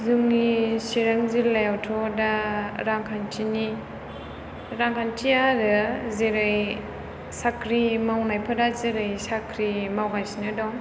जोंनि चिरां जिल्लायावथ' दा रांखान्थिनि रांखान्थिया आरो जेरै साख्रि मावनायफोरा जेरै साख्रि मावगासिनो दं